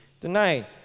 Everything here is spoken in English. tonight